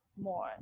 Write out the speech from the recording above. more